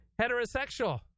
heterosexual